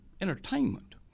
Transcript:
entertainment